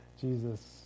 Jesus